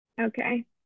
okay